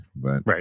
Right